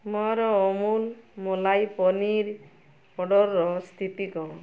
ମୋର ଅମୁଲ ମଲାଇ ପନିର୍ ଅର୍ଡ଼ର୍ର ସ୍ଥିତି କ'ଣ